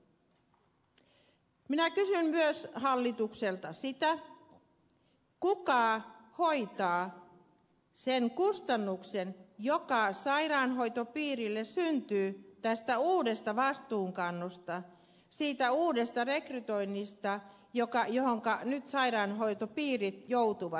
minä kysyn myös hallitukselta sitä kuka hoitaa sen kustannuksen joka sairaanhoitopiirille syntyy tästä uudesta vastuunkannosta siitä uudesta rekrytoinnista johonka nyt sairaanhoitopiirit joutuvat